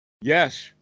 Yes